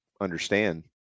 understand